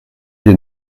des